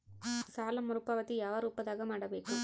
ಸಾಲ ಮರುಪಾವತಿ ಯಾವ ರೂಪದಾಗ ಮಾಡಬೇಕು?